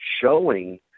showing